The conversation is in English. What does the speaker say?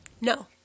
No